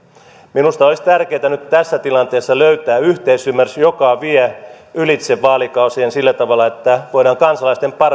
minusta olisi tärkeätä nyt tässä tilanteessa löytää yhteisymmärrys joka vie ylitse vaalikausien sillä tavalla että voidaan kansalaisten